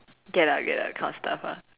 get out get out kind of stuff ah